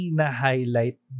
na-highlight